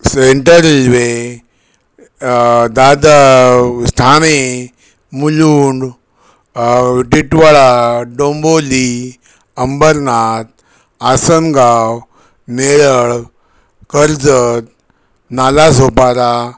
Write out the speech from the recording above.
central railway Dadar Thane Mulund Titwala Dombivli Ambernath Asangaon Neral Karjat Nala Sopara